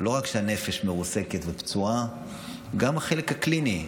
לא רק שהנפש מרוסקת ופצועה, גם החלק הקליני.